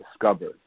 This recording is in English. discovered